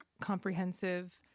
comprehensive